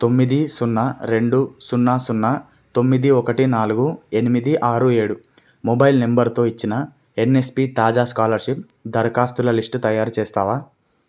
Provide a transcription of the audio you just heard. తొమ్మిది సున్నా రెండు సున్నా సున్నా తొమ్మిది ఒకటి నాలుగు ఎనిమిది ఆరు ఏడు మొబైల్ నంబరుతో ఇచ్చిన ఎన్ఎస్పి తాజా స్కాలర్షిప్ దరఖాస్తుల లిస్టు తయారు చేస్తావా